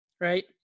right